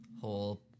whole